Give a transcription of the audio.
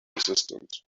assistant